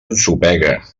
ensopega